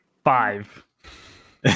five